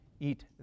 eat